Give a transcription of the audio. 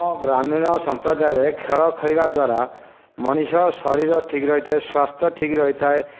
ଗ୍ରାମୀଣ ସମ୍ପ୍ରଦାୟରେ ଖେଳ ଖେଳିବା ଦ୍ୱାରା ମଣିଷ ଶରୀର ଠିକ୍ ରହିଥାଏ ସ୍ୱସ୍ଥ୍ୟ ଠିକ୍ ରହିଥାଏ